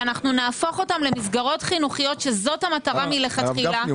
שאנחנו נהפוך אותם למסגרות חינוכיות שזאת המטרה מלכתחילה,